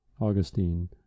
augustine